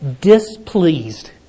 displeased